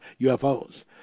UFOs